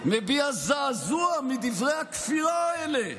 מביע זעזוע מדברי הכפירה האלה,